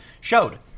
showed